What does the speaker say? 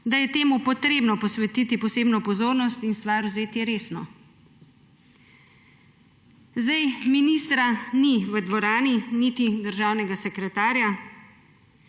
da je temu potrebno posvetiti posebno pozornost in stvar vzeti resno. Ministra niti državnega sekretarja